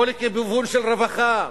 או לכיוון של רווחה.